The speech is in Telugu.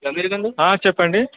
గారు చెప్పండి